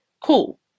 Cool